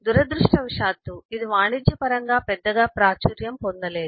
దురదృష్టవశాత్తు ఇది వాణిజ్య పరంగా పెద్దగా ప్రాచుర్యం పొందలేదు